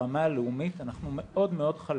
ברמה הלאומית, אנחנו מאוד חלשים